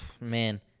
man